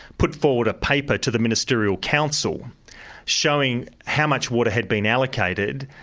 put forward a paper to the ministerial council showing how much water had been allocated,